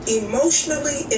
emotionally